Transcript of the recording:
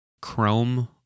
Chrome